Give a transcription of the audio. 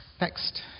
Next